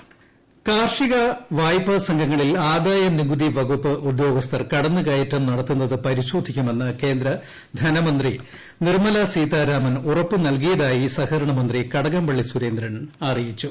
കടകംപള്ളി സുരേന്ദ്രൻ കാർഷിക വായ്പ സംഘങ്ങളിൽ ആദ്യായ്നികുതി വകുപ്പ് ഉദ്യോഗസ്ഥർ കടന്നുകയറ്റം നടത്തുന്നത് പരിശ്രോധിക്കുമെന്ന് കേന്ദ്ര ധനമന്ത്രി നിർമല സീതാരാമൻ ഉറപ്പുനൽകിയിരിായി സഹകരണ മന്ത്രി കടകംപള്ളി സുരേന്ദ്രൻ അറിയിച്ചു